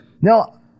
Now